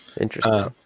Interesting